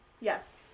Yes